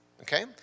okay